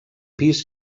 pis